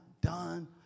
done